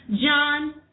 John